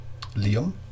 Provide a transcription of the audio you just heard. Liam